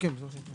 כן.